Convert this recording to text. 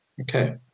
Okay